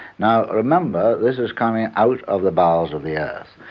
now remember, this is coming out of the bowels of the earth,